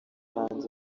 hanze